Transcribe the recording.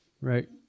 right